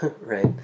right